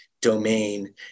domain